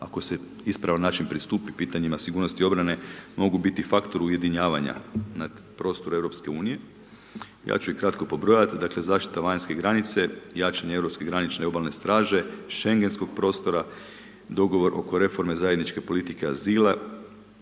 ako se ispravan način pristupi pitanjima sigurnosti i obrane, mogu biti faktor ujedinjavanja nad prostoru Europske unije. Ja ću ih kratko pobrojati, dakle: zaštita vanjske granice, jačanje europske granične obalne straže, Schengenskog prostora, dogovor oko reforme zajedničke politike azila,